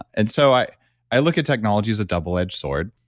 and so, i i look at technology as a double-edged sword.